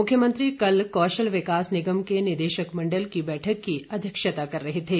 मुख्यमंत्री कल कौशल विकास निगम के निदेशक मंडल की बैठक की अध्यक्षता कर रहे थे